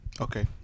Okay